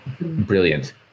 brilliant